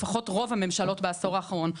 לפחות רוב הממשלות בעשור האחרון,